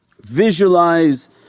visualize